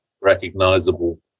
recognizable